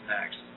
next